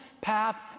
path